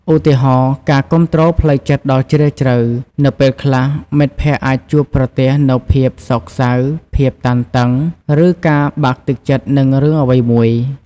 ឧទាហរណ៍ ការគាំទ្រផ្លូវចិត្តដ៏ជ្រាលជ្រៅ នៅពេលខ្លះមិត្តភក្តិអាចជួបប្រទះនូវភាពសោកសៅ ភាពតានតឹង ឬការបាក់ទឹកចិត្តនឹងរឿងអ្វីមួយ។